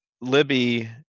Libby